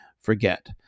forget